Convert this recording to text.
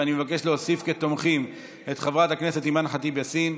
אני מבקש להוסיף כתומכים את חברת הכנסת אימאן ח'טיב יאסין,